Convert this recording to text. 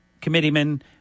committeeman